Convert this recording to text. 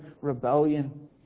rebellion